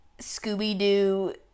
scooby-doo